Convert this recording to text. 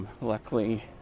Luckily